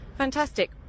Fantastic